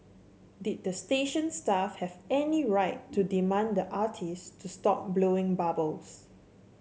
did the station staff have any right to demand the artist to stop blowing bubbles